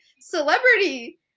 celebrity